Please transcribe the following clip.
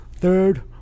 Third